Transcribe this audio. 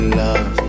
love